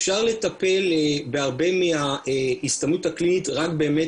אפשר לטפל בהרבה מההסתמנות הקלינית רק באמת